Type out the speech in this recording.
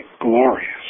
glorious